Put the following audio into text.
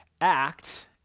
act